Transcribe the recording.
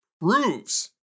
proves